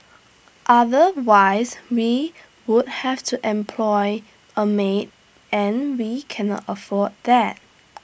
otherwise we would have to employ A maid and we can not afford that